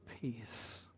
peace